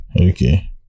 okay